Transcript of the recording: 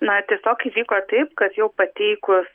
na tiesiog įvyko taip kad jau pateikus